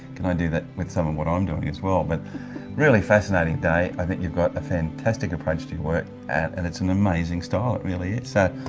can i do that with some of what i'm doing as well. but really fascinating day, i think you've got a fantastic approach to your work and it's an amazing style, it really is. ah